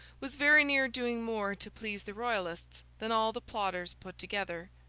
was very near doing more to please the royalists than all the plotters put together.